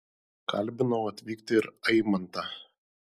kalbinau atvykti ir aimantą